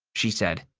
she said.